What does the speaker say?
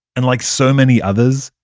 and, like so many others,